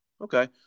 Okay